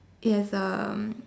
it has um